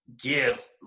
give